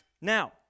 Now